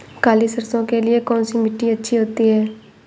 काली सरसो के लिए कौन सी मिट्टी अच्छी होती है?